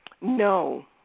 no